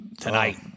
tonight